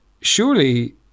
surely